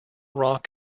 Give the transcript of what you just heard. rock